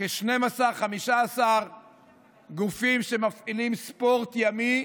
כ-15 גופים שמפעילים ספורט ימי,